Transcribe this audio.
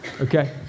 Okay